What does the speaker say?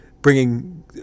bringing